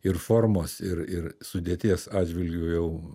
ir formos ir ir sudėties atžvilgiu jau